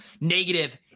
negative